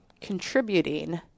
contributing